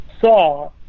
saw